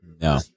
No